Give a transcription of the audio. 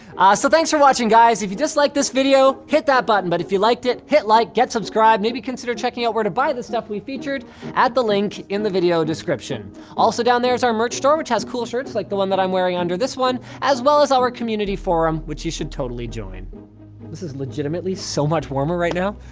ah, so thanks for watching, guys if you disliked this video, hit that button, but if you liked it, hit like, get subscribed, maybe consider checking out where to buy the stuff we featured at the link in the video description also down there is our merch store, which has cool shirts like the one that i'm wearing under this one, as well as our community forum, which you should totally join this is legitimately so much warmer right now